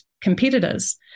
competitors